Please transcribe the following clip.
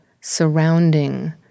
surrounding